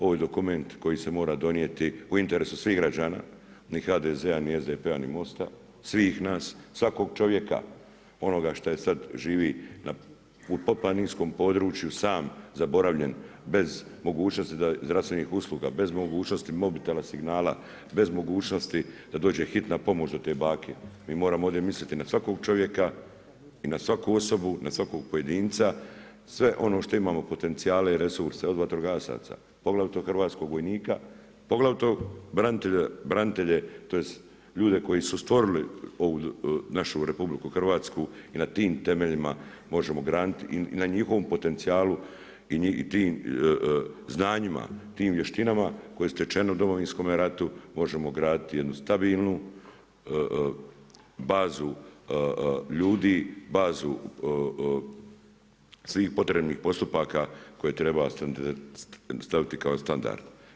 Ovo je dokument koji se mora donijeti u interesu svih građana ni HDZ-a ni SDP-a ni MOST-a, svih nas, svakog čovjeka, onoga što sad živi u podplaninskom području, sam, zaboravljen, bez mogućnosti zdravstvenih usluga, bez mogućnosti mobitela, signala, bez mogućnosti da dođe Hitna pomoć do te bake, mi moramo ovdje misliti na svakog čovjeka i na svaku osobu, na svakog pojedinca, sve ono što imamo potencijale, resurse, od vatrogasaca poglavito hrvatskog vojnika, poglavito branitelje tj. ljude koji su stvorili ovu našu RH i na tim temeljima možemo graditi, i na njihovom potencijalu i tim znanjima i tim vještinama koje je stečeno u Domovinskome ratu, možemo graditi jednu stabilnu bazu ljudi, bazu svi potrebnih postupaka koje treba staviti kao standard.